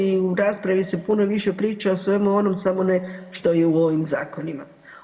I u raspravi se puno više priča o svemu onom samo ne što je u ovim zakonima.